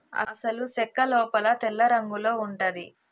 అసలు సెక్క లోపల తెల్లరంగులో ఉంటది